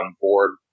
board